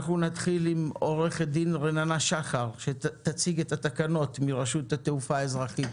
נתחיל עם עורכת דין רננה שחר מרשות התעופה האזרחית,